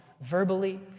verbally